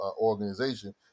organization